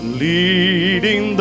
leading